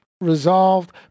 resolved